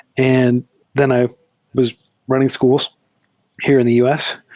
and then i was running schools here in the u s.